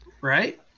Right